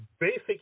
basic